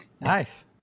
Nice